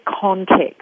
context